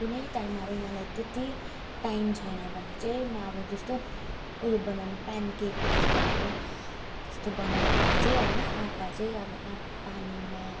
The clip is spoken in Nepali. कुनै टाइम अब मलाई त्यति टाइम छैन भने चाहिँ म अब जस्तो उयो बनाउनु पेन केक जस्तो अब त्यस्तो बनाउने गर्छु होइन आटा आटा चाहिँ अब पानीमा